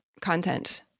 content